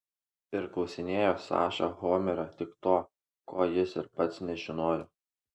ir klausinėjo saša homero tik to ko jis ir pats nežinojo